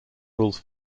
rules